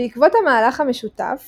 בעקבות המהלך המשותף